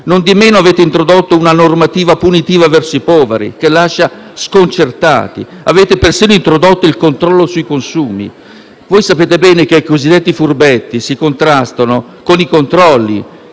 Nondimeno avete introdotto una normativa punitiva verso i poveri che lascia sconcertati. Avete persino introdotto il controllo sui consumi. Sapete bene che i cosiddetti furbetti si contrastano con i controlli